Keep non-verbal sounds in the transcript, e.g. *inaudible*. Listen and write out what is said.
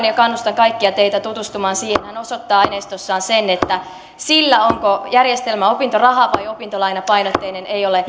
*unintelligible* ja kannustan kaikkia teitä tutustumaan siihen hän osoittaa aineistossaan sen että sillä onko järjestelmä opintoraha vai opintolainapainotteinen ei ole